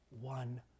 one